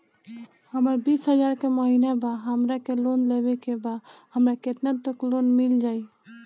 हमर बिस हजार के महिना बा हमरा के लोन लेबे के बा हमरा केतना तक लोन मिल जाई?